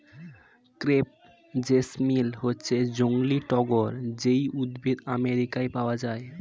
crepe jasmine হচ্ছে জংলী টগর যেই উদ্ভিদ আমেরিকায় পাওয়া যায়